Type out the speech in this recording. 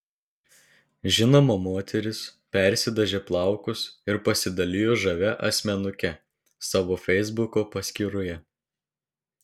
žinoma moteris persidažė plaukus ir pasidalijo žavia asmenuke savo feisbuko paskyroje